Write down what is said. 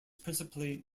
principally